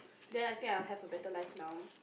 then I think I have a better life now